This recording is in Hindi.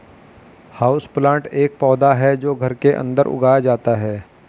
हाउसप्लांट एक पौधा है जो घर के अंदर उगाया जाता है